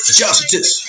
justice